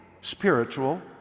spiritual